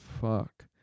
fuck